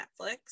Netflix